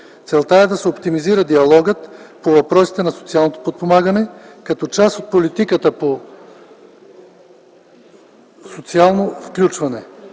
Целта е да се оптимизира диалогът по въпросите на социалното подпомагане като част от политиката по социално включване.